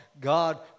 God